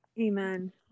Amen